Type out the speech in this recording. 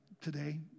today